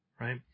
right